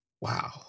wow